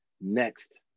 Next